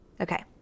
Okay